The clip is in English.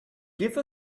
give